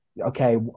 okay